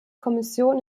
kommission